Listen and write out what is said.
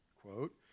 Quote